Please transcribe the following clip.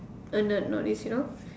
a nerd not is you know